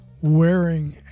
wearing